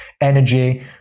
energy